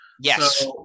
yes